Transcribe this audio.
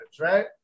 right